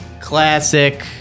Classic